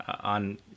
on